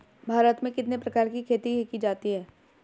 भारत में कितने प्रकार की खेती की जाती हैं?